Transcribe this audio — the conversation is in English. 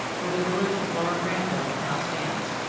where the village of lower granville now stands.